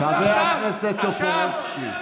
חבר הכנסת טופורובסקי,